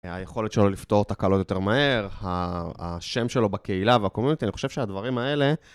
היכולת שלו לפתור תקלות יותר מהר, השם שלו בקהילה והקומיוניטי, אני חושב שהדברים האלה...